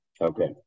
Okay